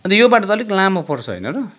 अन्त यो बाटो त अलिक लामो पर्छ होइन र